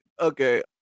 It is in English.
Okay